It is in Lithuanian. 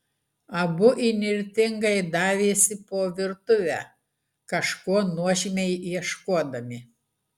abu įnirtingai davėsi po virtuvę kažko nuožmiai ieškodami